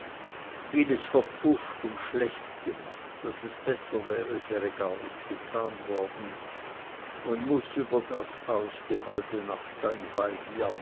vieles verpfuscht und schlecht gemacht daß es besser wäre es wäre gar nichts getan worden und muß über das aus die halbe nacht sein weib